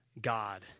God